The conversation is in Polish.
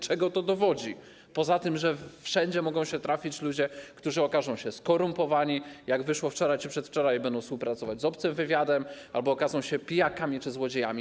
Czego to dowodzi poza tym, że wszędzie mogą się trafić ludzie, którzy okażą się skorumpowani, jak to wyszło wczoraj czy przedwczoraj, którzy będą współpracować z obcym wywiadem albo okażą się pijakami czy złodziejami?